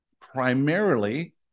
primarily